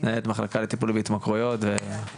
המחלקה לטיפול בהתמכרויות,